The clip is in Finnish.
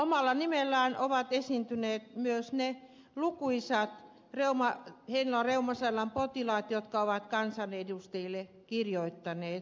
omalla nimellään ovat esiintyneet myös ne lukuisat heinolan reumasairaalan potilaat jotka ovat kansanedustajille kirjoittaneet